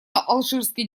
алжирской